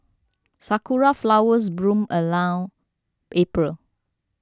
sakura flowers bloom around April